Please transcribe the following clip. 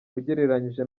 ugereranyije